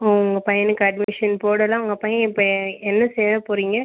ம் உங்கள் பையனுக்கு அட்மிஷன் போடலாம் உங்கள் பையன் இப்போ என்ன சேர போகிறீங்க